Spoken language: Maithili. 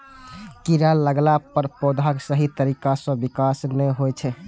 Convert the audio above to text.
कीड़ा लगला पर पौधाक सही तरीका सं विकास नै होइ छै